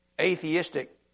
atheistic